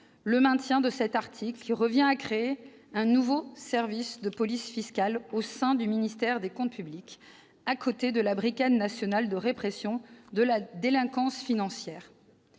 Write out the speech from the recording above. le maintien de cet article, qui revient à créer un nouveau service de police fiscale au sein du ministère des comptes publics, à côté de la brigade nationale de répression de la délinquance financière.